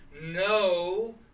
no